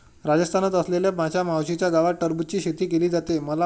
राजस्थानात असलेल्या माझ्या मावशीच्या गावात टरबूजची शेती केली जाते